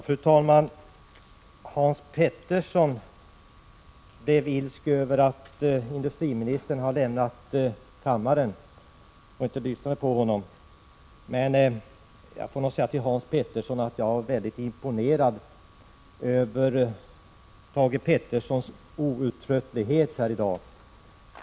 Fru talman! Hans Petersson i Hallstahammar blev ilsken över att industriministern lämnade kammaren och inte lyssnade på honom. Jag måste säga att jag var mycket imponerad av Thage Petersons outtröttlighet här i dag.